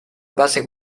base